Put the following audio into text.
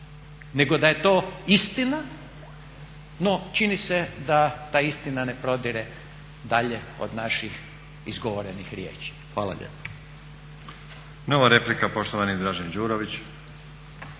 nego da je to istina. No čini se da ta istina ne prodire dalje od naših izgovorenih riječi. Hvala lijepa.